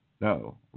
No